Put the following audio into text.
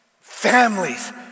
Families